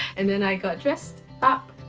and then i got dressed up.